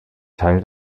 teil